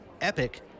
Epic